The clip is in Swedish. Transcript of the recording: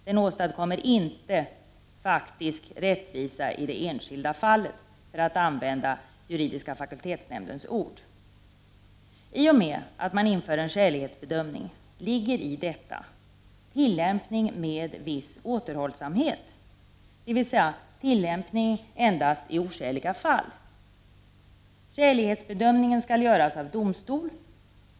Den åstadkommer inte ”faktisk rättvisa i det enskilda fallet”, för att använda juridiska fakultetsnämndens ord. I och med att man inför en skälighetsbedömning kommer tillämpningen att ske med viss återhållsamhet, dvs. tillämpning blir aktuell endast i oskäliga fall. Skälighetsbedömningen skall göras av domstol.